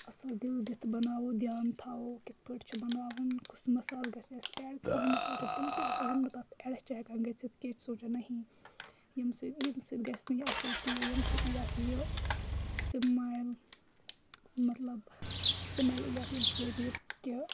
اَصٕل دِل دِتھ بَناوو دھیان تھاوو کِتھ پٲٹھۍ چھِ بَناوُن کُس مَصالہٕ گسہِ اَسہِ ایڈ کانٛہہ مَصالہٕ چھِ تٕم تہِ آسان یِم نہٕ تَتھ اٮ۪ڈس چھِ ہٮ۪کان گٔژھِتھ کیٚنٛہہ یہِ چھُ سونٛچان نہیں ییٚمہِ سۭتۍ ییٚمہِ سۭتۍ گَژھِ نہٕ یہِ اَصٕل کیٚنٛہہ یا ییٚمہِ سۭتۍ یہِ یَتھ یہِ سِمایِل مطلب سِمٮ۪ل یی یَتھ ییٚمہِ سۭتۍ یہِ کہِ